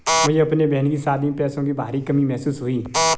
मुझे अपने बहन की शादी में पैसों की भारी कमी महसूस हुई